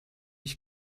ich